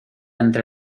entre